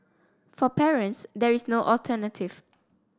for parents there is no alternative